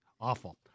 awful